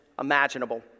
imaginable